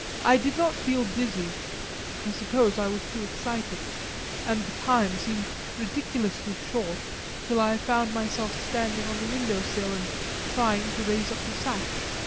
i did not feel dizzy i suppose i was too excited and the time seemed ridiculously short till i found myself standing on the window-sill and trying to raise up the sash.